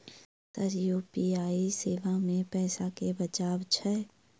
Sir UPI सेवा मे पैसा केँ बचाब छैय?